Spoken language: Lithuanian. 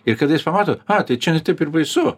ir kartais pamato ai tai čia ne taip ir baisu